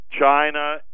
China